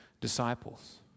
disciples